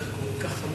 גפני.